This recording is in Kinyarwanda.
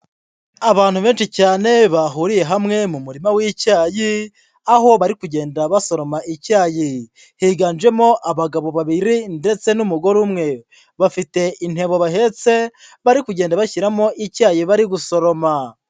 Abantu benshi cyane bahuriye hamwe mu murima w'icyayi, aho bari kugenda basoroma icyayi, higanjemo abagabo babiri ndetse n'umugore umwe, bafite intebo bahetse bari kugenda bashyiramo icyayi bari gusoroma.